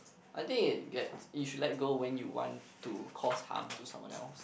I think it gets you should let go when you want to cause harm to someone else